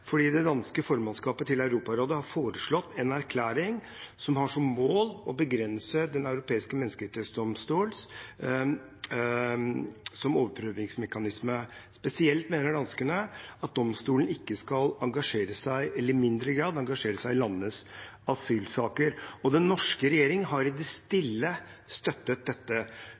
fordi det danske formannskapet til Europarådet har foreslått en erklæring som har som mål å begrense Den europeiske menneskerettsdomstol som overprøvingsmekanisme. Spesielt mener danskene at domstolen i mindre grad skal engasjere seg i landenes asylsaker, og den norske regjering har i det stille støttet dette.